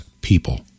people